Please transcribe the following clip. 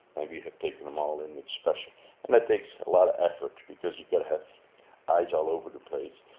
and we have taken them all in. but and that takes a lot of effort because you got to have eyes all over the place.